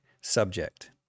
subject